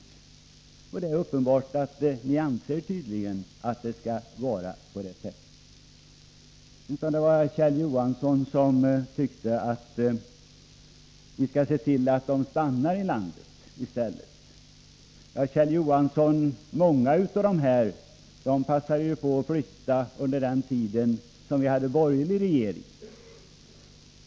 Och ni anser tydligen att det skall vara på det sättet. Kjell Johansson tyckte att vi skall se till att de stannar i landet i stället. Ja, Kjell Johansson, många av dessa människor passade ju på att flytta under den tid då vi hade borgerlig regering.